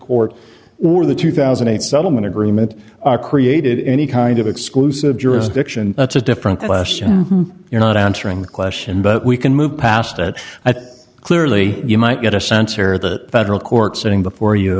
court or the two thousand and eight settlement agreement are created in any kind of exclusive jurisdiction that's a different question you're not answering the question but we can move past that i think clearly you might get a sense here the federal court sitting before you